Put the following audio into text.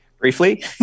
Briefly